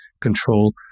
control